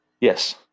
Yes